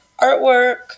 artwork